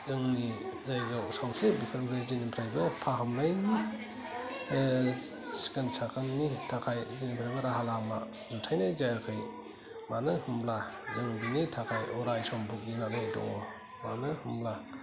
जोंनि जायगायाव सावस्रि बेफोरबायदिनिफ्रायबो फाहामनायनि सिखोन साखोननि थाखाय जेनिफ्रायबो राहा लामा जुथायनाय जायाखै मानो होमब्ला जों बिनि थाखाय अरायसम भुगिनानै दङ मानो होमब्ला